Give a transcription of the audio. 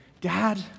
Dad